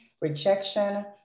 rejection